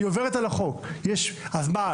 היא עוברת על החוק, אז מה?